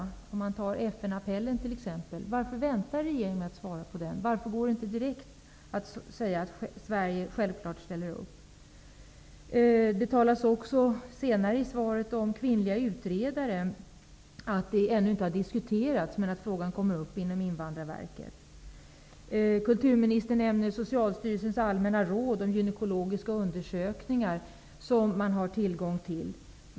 Varför väntar regeringen t.ex. med att svara på FN:s appell? Varför går det inte att direkt säga att Sverige självklart ställer upp? Det talas senare i svaret om att kvinnliga utredare ännu inte har diskuterats men att frågan kommer upp inom Invandrarverket. Kulturministern nämner Socialstyrelsens allmänna råd om gynekologiska undersökningar som man har tillgång till.